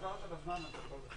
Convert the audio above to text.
העברת בזמן.